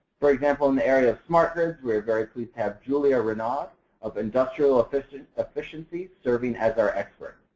for example, in the area of smart grids, we are very pleased to have julia renaud of industrial efficiencies efficiencies serving as our expert.